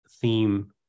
theme